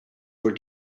were